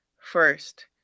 First